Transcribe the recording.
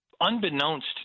unbeknownst